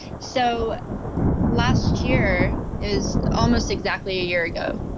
so last year is almost exactly a year ago.